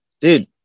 dude